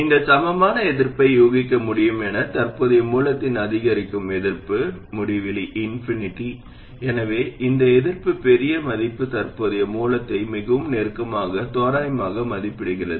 நீங்கள் சமமான எதிர்ப்பை யூகிக்க முடியும் என தற்போதைய மூலத்தின் அதிகரிக்கும் எதிர்ப்பு முடிவிலி எனவே இந்த எதிர்ப்பின் பெரிய மதிப்பு தற்போதைய மூலத்தை மிகவும் நெருக்கமாக தோராயமாக மதிப்பிடுகிறது